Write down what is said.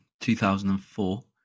2004